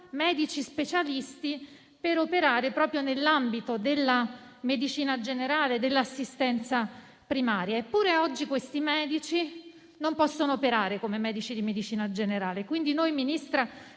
medici specialisti per operare proprio nell'ambito della medicina generale, dell'assistenza primaria. Eppure, oggi questi medici non possono operare come medici di medicina generale. Quindi, Ministra,